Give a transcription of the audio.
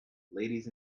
ladies